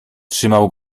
trzymał